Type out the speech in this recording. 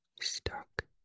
stuck